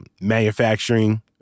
manufacturing